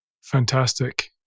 Fantastic